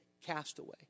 castaway